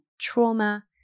trauma